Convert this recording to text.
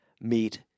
meet